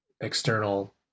external